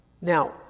Now